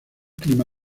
clima